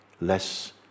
less